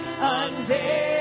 unveil